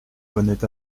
venait